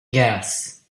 yes